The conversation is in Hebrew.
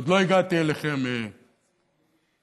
עוד לא הגעתי אליכם, יואל.